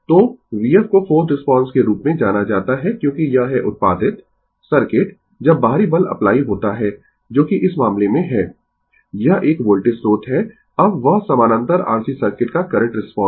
तो vf को forced response के रूप में जाना जाता है क्योंकि यह है उत्पादित सर्किट जब बाहरी बल अप्लाई होता है जोकि इस मामले में है यह एक वोल्टेज स्रोत है अब वह समानांतर RC सर्किट का करंट रिस्पांस